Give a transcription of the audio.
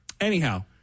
Anyhow